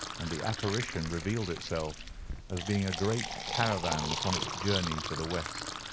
and the apparition revealed itself as being a great caravan upon its journey for the west.